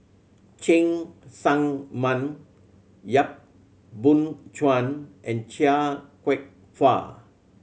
Cheng Tsang Man Yap Boon Chuan and Chia Kwek Fah